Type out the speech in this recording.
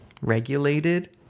regulated